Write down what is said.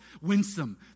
winsome